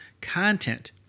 content